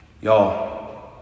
Y'all